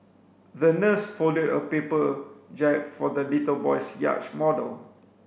the nurse folded a paper jab for the little boy's yacht model